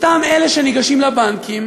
אלה שניגשים לבנקים